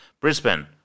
Brisbane